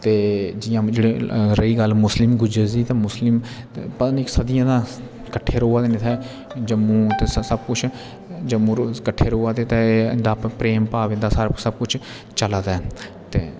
ते जियां जेह्ड़े रैयी गल्ल मुस्लिम गुज्जर मुस्लिम पता नी सदिये दा इक्कठे रोवै दे न इत्थे जम्मू सब किश जम्मू इक्कठे रोवै दे ते प्रेम भाव इंदा सबकुछ चला दा ऐ